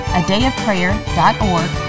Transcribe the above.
adayofprayer.org